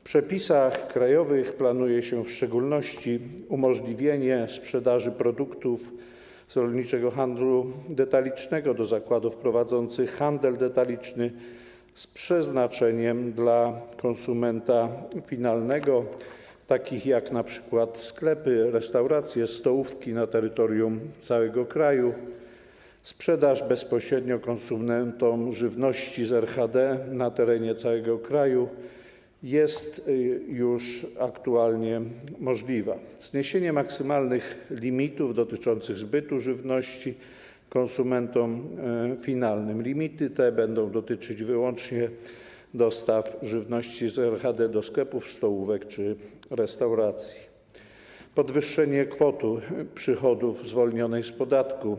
W przepisach krajowych planuje się w szczególności: umożliwienie sprzedaży produktów z rolniczego handlu detalicznego do zakładów prowadzących handel detaliczny z przeznaczeniem dla konsumenta finalnego, takich jak np. sklepy, restauracje, stołówki na terytorium całego kraju, sprzedaż bezpośrednio konsumentom żywności z RHD na terenie całego kraju jest już aktualnie możliwa; zniesienie maksymalnych limitów dotyczących zbytu żywności konsumentom finalnym, limity te będą dotyczyć wyłącznie dostaw żywności z RHD do sklepów, stołówek czy restauracji; podwyższenie kwoty przychodów zwolnionej z podatku